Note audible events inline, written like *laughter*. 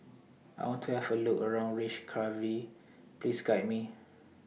I want to Have A Look around *unintelligible* Please Guide Me